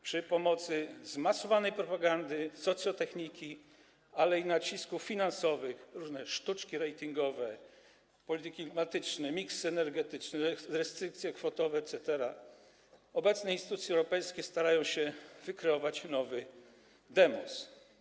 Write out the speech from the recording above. Przy pomocy zmasowanej propagandy, socjotechniki, ale i nacisków finansowych - różne sztuczki ratingowe, polityki klimatyczne, miksy energetyczne, restrykcje kwotowe etc. - obecne instytucje europejskie starają się wykreować nowy demos.